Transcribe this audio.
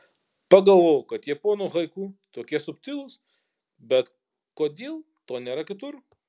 pagalvojau kad japonų haiku tokie subtilūs bet kodėl to nėra kitur